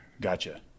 Gotcha